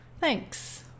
Thanks